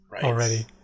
already